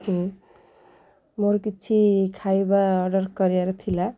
ମୋର କିଛି ଖାଇବା ଅର୍ଡ଼ର୍ କରିବାର ଥିଲା